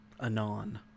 anon